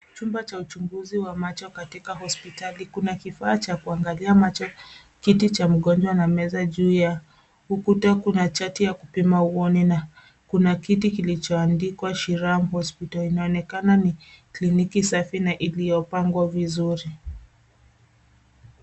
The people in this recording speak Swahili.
Chumba cha uchunguzi wa macho katika hospitali. Kuna kifaa cha kuangalia macho, kiti cha mgonjwa na meza. Juu ya ukuta kuna chati ya kupima uoni na kiti kilichoandikwa shiram hospital. Inaonekana ni kliniki safi na iliyopangwa vizuri.